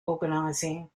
organizing